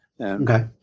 Okay